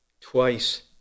twice